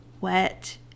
wet